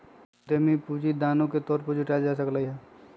उधमी पूंजी दानो के तौर पर जुटाएल जा सकलई ह